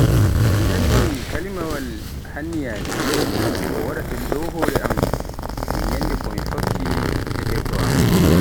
So mi naani kalimaawal hinnayeeje ko waarata dow hoore am un yannde ko min fotti e debbo am.